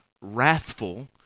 wrathful